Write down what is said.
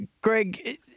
Greg